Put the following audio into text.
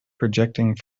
projecting